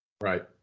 Right